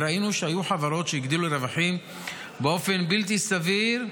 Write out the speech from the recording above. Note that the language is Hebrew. וראינו שהיו חברות שהגדילו רווחים באופן בלתי סביר,